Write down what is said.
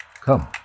Come